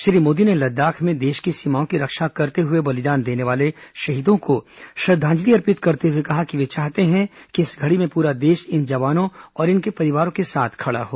श्री मोदी ने लद्दाख में देश की सीमाओं की रक्षा करते हुए बलिदान देने वाले शहीदों को श्रद्वांजलि अर्पित करते हुए कहा कि वे चाहते है कि इस घड़ी में पूरा देश इन जवानों और इनके परिवारों के साथ खड़ा हो